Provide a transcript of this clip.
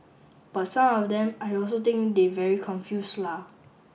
but some of them I also think they very confuse la